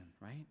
right